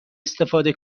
استفاده